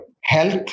health